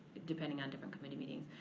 depending on different committee meetings.